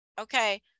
okay